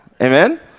Amen